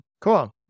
Cool